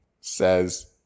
says